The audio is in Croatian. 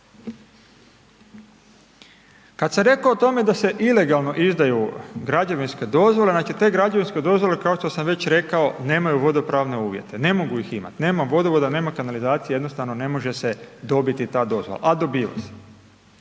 Kad sam reko o tome da se ilegalno izdaju građevinske dozvole, znači te građevinske dozvole kao što sam već reko nemaju vodopravne uvjete ne mogu ih imati, nema vodovoda, nema kanalizacije jednostavno ne može se dobiti ta dozvola, a dobiva se.